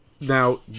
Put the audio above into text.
now